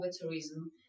tourism